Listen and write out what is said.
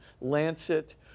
lancet